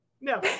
No